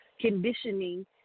conditioning